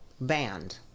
band